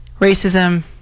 racism